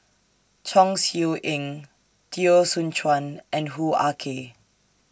Chong Siew Ying Teo Soon Chuan and Hoo Ah Kay